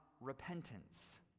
Repentance